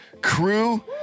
crew